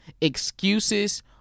Excuses